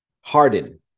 Harden